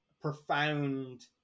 profound